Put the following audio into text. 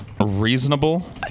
reasonable